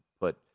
put